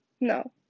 No